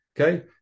Okay